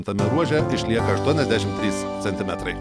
tame ruože išlieka aštiuoniasdešimt trys centimetrai